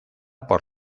por